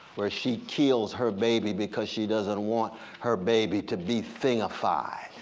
where she kills her baby because she doesn't want her baby to be thingified.